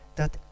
dat